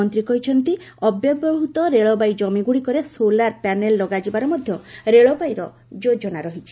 ମନ୍ତ୍ରୀ କହିଛନ୍ତି ଅବ୍ୟବହୃତ ରେଳବାଇ ଜମିଗୁଡ଼ିକରେ ସୋଲାର ପ୍ୟାନେଲ୍ ଲଗାଯିବାର ମଧ୍ୟ ରେଳବାଇର ଯୋଜନା ରହିଛି